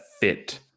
fit